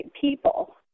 people